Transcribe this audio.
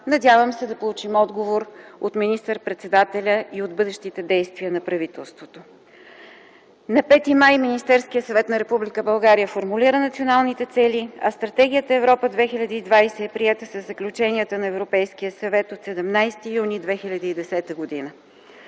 Надявам се да получим отговор от министър-председателя и от бъдещите действия на правителството. На 5 май Министерският съвет на Република България формулира националните цели, а Стратегията „Европа 2020” е приета със заключенията на Европейския съвет от 17 юни 2010 г.